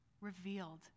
revealed